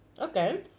Okay